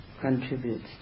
contributes